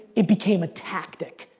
it became a tactic.